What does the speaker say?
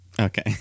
Okay